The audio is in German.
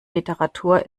literatur